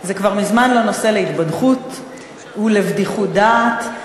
זה כבר מזמן לא נושא להתבדחות ולבדיחות דעת.